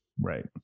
right